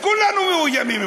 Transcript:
כולנו מאוימים,